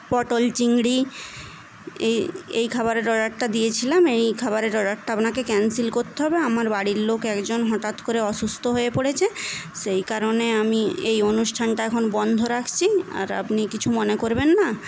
পটল চিংড়ি এ এই খাবারের অর্ডারটা দিয়েছিলাম এই খাবারের অর্ডারটা আপনাকে ক্যানসেল করতে হবে আমার বাড়ির লোক একজন হঠাৎ করে অসুস্থ হয়ে পরেছে সেই কারণে আমি এই অনুষ্ঠানটা এখন বন্ধ রাখছি আর আপনি কিছু মনে করবেন না